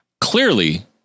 clearly